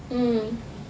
mm